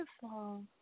Beautiful